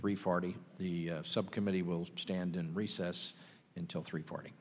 three forty the subcommittee will stand in recess until three forty